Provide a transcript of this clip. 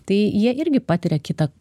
tai jie irgi patiria kitą